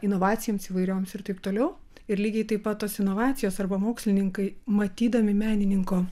inovacijoms įvairioms ir taip toliau ir lygiai taip pat tos inovacijos arba mokslininkai matydami menininko